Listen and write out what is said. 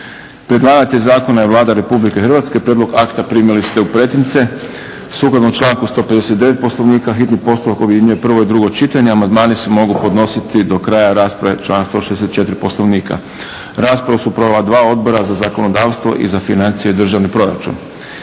Predlagatelj zakona je Vlada RH. Prijedlog akta primili ste u pretince. Sukladno članku 159. Poslovnika hitni postupak objedinjuje prvo i drugo čitanje. Amandmani se mogu podnositi do kraja rasprave, tako propisuje članak 164. Poslovnika. Raspravu su proveli Odbor za zakonodavstvo i Odbor za financije i državni proračun.